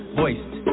voiced